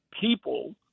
people